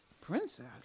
Princess